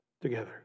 Together